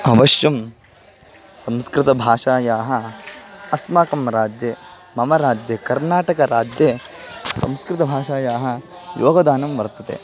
अवश्यं संस्कृतभाषायाः अस्माकं राज्ये मम राज्ये कर्नाटकराज्ये संस्कृतभाषायाः योगदानं वर्तते